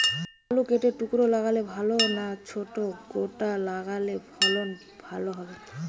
আলু কেটে টুকরো লাগালে ভাল না ছোট গোটা লাগালে ফলন ভালো হবে?